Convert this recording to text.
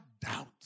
doubt